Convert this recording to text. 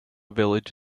village